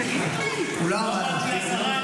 לא אמרתי את זה.